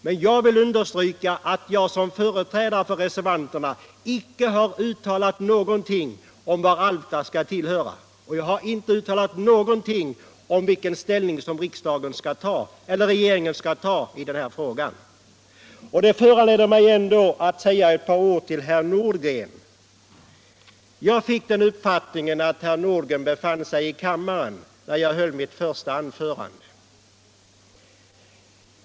Men jag vill understryka att jag som företrädare för reservanterna icke har uttalat någonting om vart Alfta skall höra eller vilken ställning regeringen skall ta i den här frågan. Det föranleder mig ändå att säga ett par ord till herr Nordgren. Jag fick den uppfattningen att herr Nordgren befann sig i kammaren när jag höll mitt första anförande.